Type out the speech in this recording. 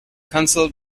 council